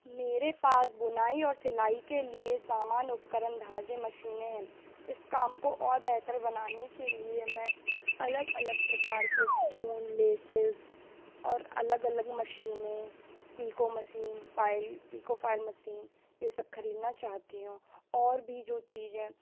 मेरे पास बुनाई और सिलाई के लिए सामान उपकरण धागे मशीनें हैं इस काम को और बेहतर बनाने के लिए मैं अलग अलग प्रकार के स्टोन लेसेस और अलग अलग मशीनें picot machine file picot file machine यह सब खरीदना चाहती हूँ और भी जो चीज़ हैं